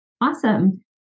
Awesome